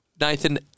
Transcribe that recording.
Nathan